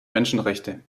menschenrechte